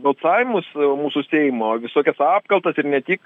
balsavimus mūsų seimo visokias apkaltas ir ne tik